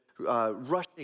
Rushing